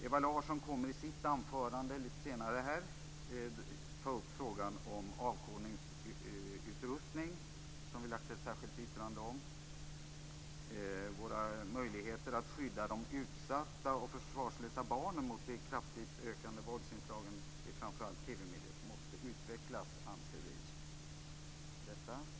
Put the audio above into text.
Ewa Larsson kommer lite senare att i sitt anförande ta upp frågan om avkodningsutrustning, något som vi har avgivit ett särskilt yttrande om. Vi anser att möjligheterna att skydda de utsatta och försvarslösa barnen mot de kraftigt ökande våldsinslagen i framför allt TV-mediet måste utvecklas.